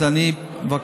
אז אני מבקש,